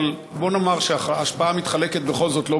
בוא נאמר שההשפעה מתחלקת בכל זאת לא